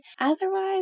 Otherwise